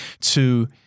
to-